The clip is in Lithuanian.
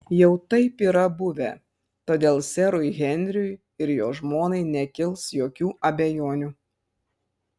jau taip yra buvę todėl serui henriui ir jo žmonai nekils jokių abejonių